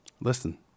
Listen